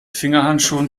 fingerhandschuhen